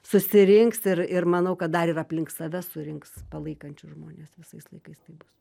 susirinks ir ir manau kad dar ir aplink save surinks palaikančius žmones visais laikais taip bus